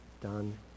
done